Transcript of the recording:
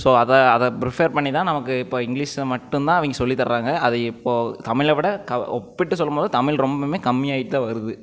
so அதை அதை prefer பண்ணிதான் நமக்கு இப்போ இங்கிலீஷை மட்டும்தான் அவங்க சொல்லி தராங்க அதை இப்போது தமிழை விட ஒப்பிட்டு சொல்லும்போது தமிழ் ரொம்பவுமே கம்மியாகிட்டு தான் வருது